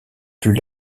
plus